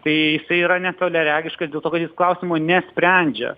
tai jisai yra netoliaregiškas tokių klausimų nesprendžia